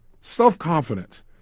Self-confidence